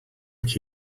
like